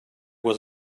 was